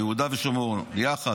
ביהודה ושומרון יחד,